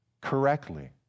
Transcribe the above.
correctly